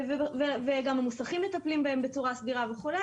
גם המוסכים מטפלים בהם בצורה סבירה וכו',